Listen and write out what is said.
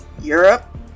europe